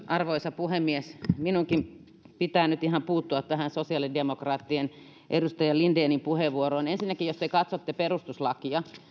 arvoisa puhemies minunkin pitää nyt ihan puuttua tähän sosiaalidemokraattien edustaja lindenin puheenvuoroon ensinnäkin jos te katsotte perustuslakia niin